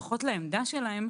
לפחות לעמדה שלהם,